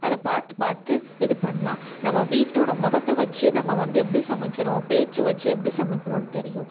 அதை பார்த்து பார்த்து இது பண்ணலாம் நம்ம வீட்டோட மொகத்தை வைச்சே நம்ம வந்து எப்படி சமைக்கிறோம் பேச்சை வைச்சே எப்படி சமைக்கிறோம்ன்னு தெரியும்